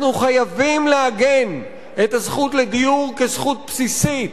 אנחנו חייבים לעגן את הזכות לדיור כזכות בסיסית,